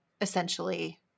essentially